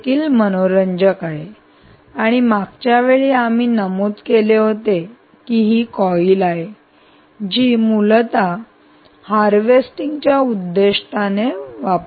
हे देखील मनोरंजक आहे आणि आम्ही मागच्या वेळी आम्ही नमूद केले होते की ही कॉइल आहे जी मूलत हार्वेस्टिंगच्या उद्देशाने वापरली जाते